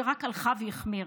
שרק הלכה והחמירה,